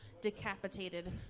decapitated